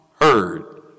heard